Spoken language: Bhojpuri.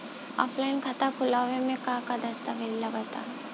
ऑफलाइन खाता खुलावे म का का दस्तावेज लगा ता?